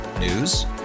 News